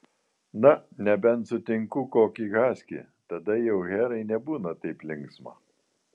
na nebent sutinku kokį haskį tada jau herai nebebūna taip linksma